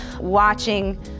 watching